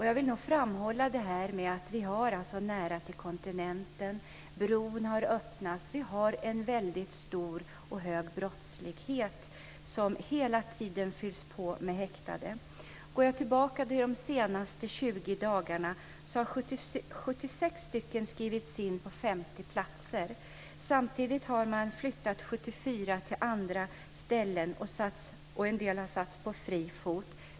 Jag vill framhålla att vi har nära till kontinenten, bron har öppnats och vi har en väldigt hög brottslighet. Antalet häktade fylls hela tiden på. Under de senaste 20 dagarna har 76 personer skrivits in på 50 platser. Samtidigt har man flyttat 74 personer till andra ställen och en del har försatts på fri fot.